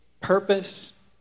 purpose